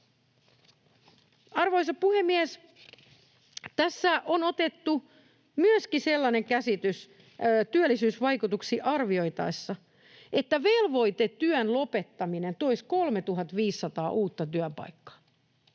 Arvoisa puhemies! Tässä on otettu myöskin sellainen käsitys työllisyysvaikutuksia arvioitaessa, että velvoitetyön lopettaminen toisi 3 500 uutta työpaikkaa.